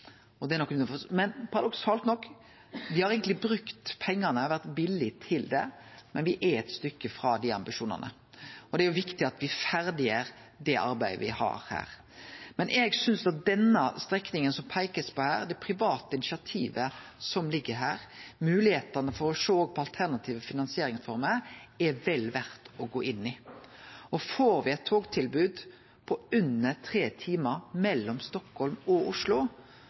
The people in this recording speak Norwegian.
Men paradoksalt nok: Me har eigentleg brukt pengane og vore villige til det, men me er eit stykke frå dei ambisjonane. Det er viktig at me gjer ferdig det arbeidet me har her. Men eg synest at den strekninga som det blir peika på her, det private initiativet som ligg her, og moglegheitene for å sjå på alternative finansieringsformer, er vel verd å gå inn i. Får me eit togtilbod på under tre timar mellom Stockholm og Oslo,